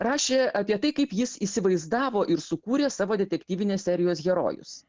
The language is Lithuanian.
rašė apie tai kaip jis įsivaizdavo ir sukūrė savo detektyvinės serijos herojus